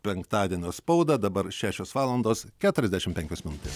penktadienio spaudą dabar šešios valandos keturiasdešim penkios minutės